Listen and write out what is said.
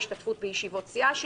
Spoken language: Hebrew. השתתפות בישיבות סיעה של